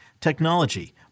technology